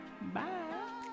Bye